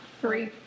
Three